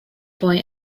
boy